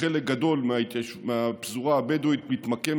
חלק גדול מהפזורה הבדואית מתמקם